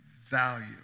value